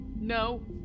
No